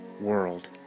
world